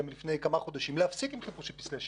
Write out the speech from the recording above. מלפני כמה חודשים להפסיק עם חיפוש של פצלי שמן.